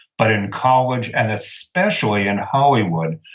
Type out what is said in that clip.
but in college, and especially in hollywood.